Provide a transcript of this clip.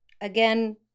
Again